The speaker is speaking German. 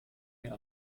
mir